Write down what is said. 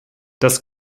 das